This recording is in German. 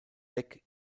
heck